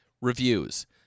reviews